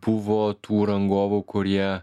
buvo tų rangovų kurie